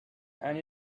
and